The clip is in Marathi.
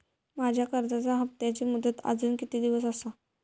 माझ्या कर्जाचा हप्ताची मुदत अजून किती दिवस असा?